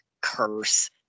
curse